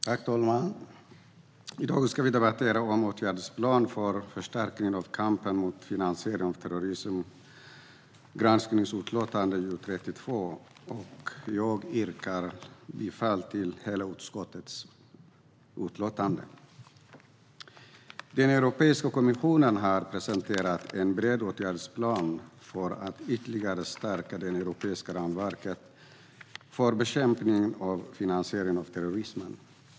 Åtgärdsplan för förstärkning av kampen mot finan-siering av terrorism Herr talman! I dag ska vi debattera utlåtandet Åtgärdsplan för förstärkning av kampen mot finansiering av terrorism , det vill säga granskningsutlåtande JuU32. Jag yrkar bifall till utskottets hela förslag till beslut. Europeiska kommissionen har presenterat en bred åtgärdsplan för att ytterligare stärka det europeiska ramverket för bekämpning av finansiering av terrorism.